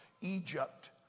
Egypt